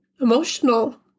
emotional